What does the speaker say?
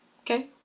Okay